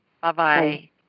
Bye-bye